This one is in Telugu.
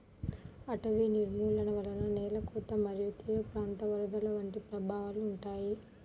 అటవీ నిర్మూలన వలన నేల కోత మరియు తీరప్రాంత వరదలు వంటి ప్రభావాలు ఉంటాయి